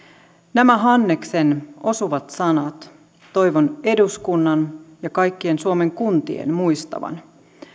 nämä hanneksen osuvat sanat toivon eduskunnan ja kaikkien suomen kuntien muistavan